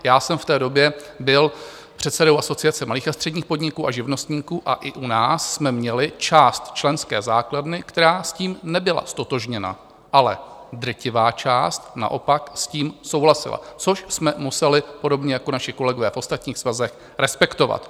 Já jsem v té době byl předsedou Asociace malých a středních podniků a živnostníků a i u nás jsme měli část členské základny, která s tím nebyla ztotožněna, ale drtivá část naopak s tím souhlasila, což jsme museli podobně jako naši kolegové v ostatních svazech respektovat.